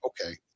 okay